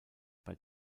bei